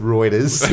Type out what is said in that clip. Reuters